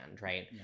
right